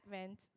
advent